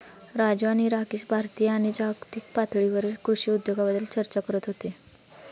राजू आणि राकेश भारतीय आणि जागतिक पातळीवरील कृषी उद्योगाबद्दल चर्चा करत होते